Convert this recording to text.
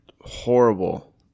Horrible